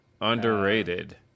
Underrated